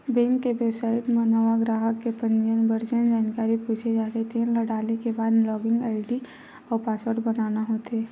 bank के website म नवा गराहक के पंजीयन बर जेन जानकारी पूछे जाथे तेन ल डाले के बाद लॉगिन आईडी अउ पासवर्ड बनाना होथे